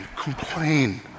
Complain